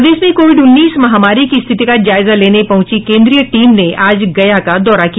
प्रदेश में कोविड उन्नीस महामारी की स्थिति का जायजा लेने पहंची केन्द्रीय टीम ने आज गया का दौरा किया